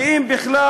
כי אם בכלל,